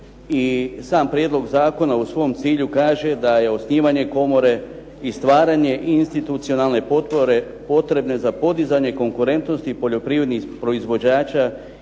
sam prijedlog zakona u svom cilju kaže da je osnivanje komore i stvaranje i institucionalne potpore potrebne za podizanje konkurentnosti poljoprivrednih proizvođača